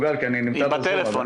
יופי, תודה רבה, הבקשה הזו אושרה.